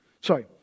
sorry